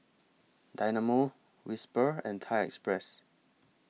Dynamo Whisper and Thai Express